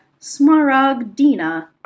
smaragdina